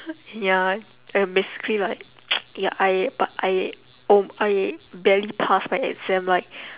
ya and basically like ya I but I oh I barely passed my exam like